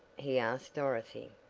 he asked dorothy.